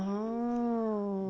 that's good